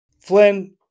Flynn